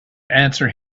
answer